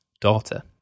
daughter